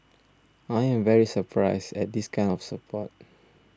I am very surprised at this kind of support